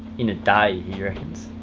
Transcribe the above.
in a day, he reckons.